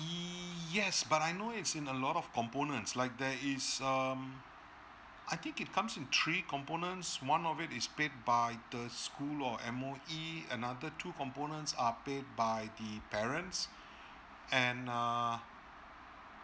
yes but I know it's in a lot of components like there is um I think it comes in three components one of it is paid by the school or M_O_E and another two components are paid by the parents and err